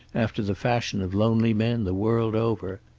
after the fashion of lonely men the world over.